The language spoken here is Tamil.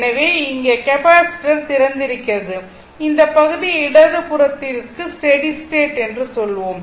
எனவே இங்கே கெப்பாசிட்டர் திறந்திருக்கிறது இந்த பகுதி இடது புறத்திற்கு ஸ்டெடி ஸ்டேட் என்று சொல்லலாம்